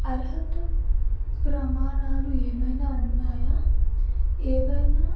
అర్హత ప్రమాణాలు ఏమైనా ఉన్నాయా ఏవైనా